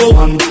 one